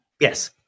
Yes